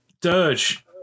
Dirge